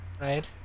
right